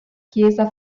chiesa